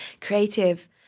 creative